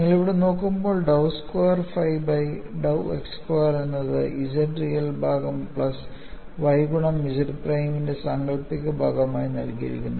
നിങ്ങൾ ഇവിടെ നോക്കുമ്പോൾ dou square phi by dou x square എന്നത് Z റിയൽ ഭാഗം പ്ലസ് y ഗുണം Z പ്രൈം ഇൻറെ സാങ്കൽപ്പിക ഭാഗമായി നൽകിയിരിക്കുന്നു